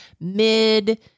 mid